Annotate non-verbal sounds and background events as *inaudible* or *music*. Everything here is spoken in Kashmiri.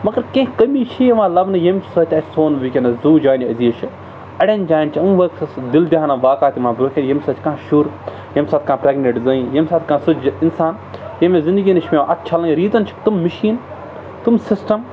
مگر کینٛہہ کمی چھِ یِوان لَبنہٕ ییٚمہِ سۭتۍ اَسہِ سون وٕنۍکٮ۪نَس زُو جانہِ عزیٖز چھِ اَڑٮ۪ن جایَن چھِ أمۍ *unintelligible* دِل *unintelligible* واقعات یِوان برٛونٛہہ کَنہِ ییٚمہِ سۭتۍ کانٛہہ شُر ییٚمہِ ساتہٕ کانٛہہ پرٛٮ۪گنٮ۪نٛٹ زٔنۍ ییٚمہِ ساتہٕ کانٛہہ سُہ چھُ اِنسان ییٚمِس زندگی نِش چھِ پٮ۪وان اَتھ چَلٕنۍ ریٖزَن چھِ تِم مِشیٖن تِم سِسٹَم